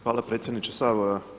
Hvala predsjedniče Sabora.